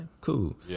Cool